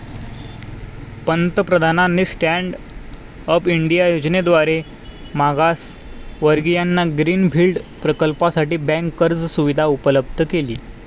पंतप्रधानांनी stand up India योजनेद्वारे मागासवर्गीयांना ग्रीन फील्ड प्रकल्पासाठी बँक कर्ज सुविधा उपलब्ध केली